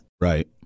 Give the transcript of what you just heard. Right